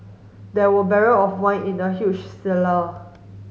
there were barrel of wine in the huge cellar